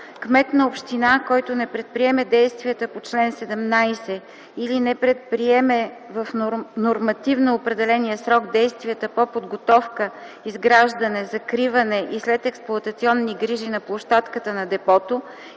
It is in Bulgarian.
Кмет на община, който не предприеме действията по чл. 17 или не предприеме в нормативно определения срок действията по подготовка, изграждане, закриване и следексплоатационни грижи на площадката на депото